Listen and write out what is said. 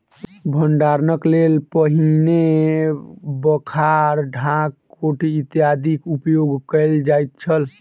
भंडारणक लेल पहिने बखार, ढाक, कोठी इत्यादिक उपयोग कयल जाइत छल